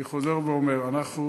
אני חוזר ואומר, אנחנו